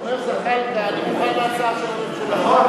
אדוני השר, זה לא בתחום משרדך.